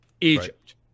Egypt